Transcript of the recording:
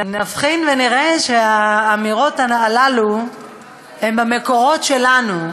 נבחין ונראה שהאמירות האלה הן המקורות שלנו,